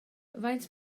faint